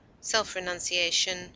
self-renunciation